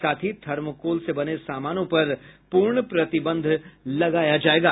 साथ ही थर्मोकोल से बने सामानों पर पूर्ण प्रतिबंध लगाया जायेगा